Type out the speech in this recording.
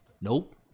Nope